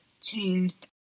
changed